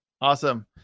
awesome